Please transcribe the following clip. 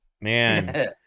man